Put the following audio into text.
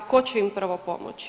Tko će im prvo pomoći?